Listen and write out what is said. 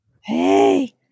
Hey